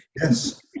Yes